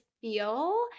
feel